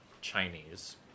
Chinese